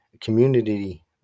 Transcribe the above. community